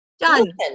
Done